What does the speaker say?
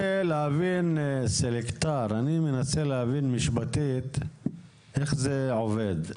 סלקטר, אני מנסה להבין משפטית איך זה עובד.